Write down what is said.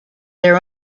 their